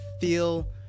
feel